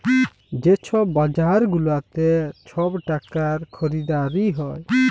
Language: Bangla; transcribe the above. যে ছব বাজার গুলাতে ছব টাকার খরিদারি হ্যয়